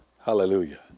Hallelujah